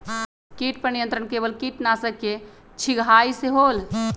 किट पर नियंत्रण केवल किटनाशक के छिंगहाई से होल?